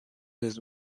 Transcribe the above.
his